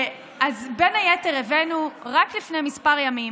בין היתר הבאנו, רק לפני כמה ימים,